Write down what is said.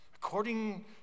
According